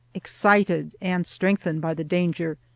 excited and strengthened by the danger,